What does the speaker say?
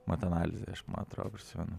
matanalizė aš man atrodo prisimenu